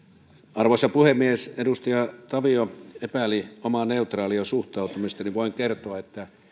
arvoisa puhemies edustaja tavio epäili omaa neutraalia suhtautumistani voin kertoa että